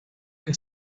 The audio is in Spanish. que